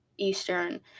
Eastern